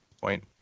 point